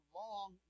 long